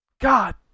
God